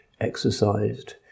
exercised